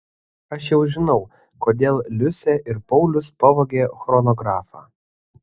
aš jau žinau kodėl liusė ir paulius pavogė chronografą